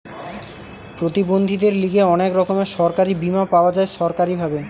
প্রতিবন্ধীদের লিগে অনেক রকমের সরকারি বীমা পাওয়া যায় সরকারি ভাবে